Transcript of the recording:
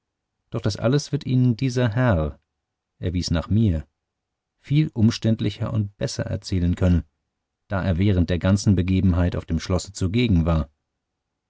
doch das alles wird ihnen dieser herr er wies nach mir viel umständlicher und besser erzählen können da er während der ganzen begebenheit auf dem schlosse zugegen war